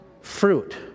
fruit